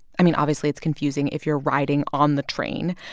i mean, obviously, it's confusing if you're riding on the train.